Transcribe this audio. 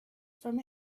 from